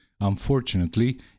Unfortunately